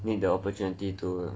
the opportunity to